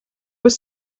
was